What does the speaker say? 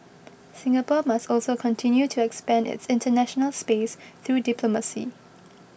Singapore must also continue to expand its international space through diplomacy